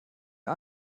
die